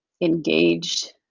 engaged